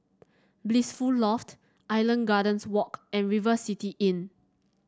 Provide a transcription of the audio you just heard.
Blissful Loft Island Gardens Walk and River City Inn